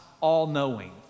all-knowing